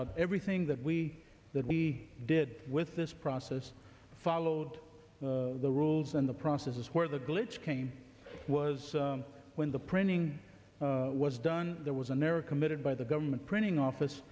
out everything that we that we did with this process followed the rules and the process is where the glitch came was when the printing was done there was an error committed by the government printing office